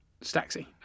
Staxi